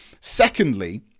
Secondly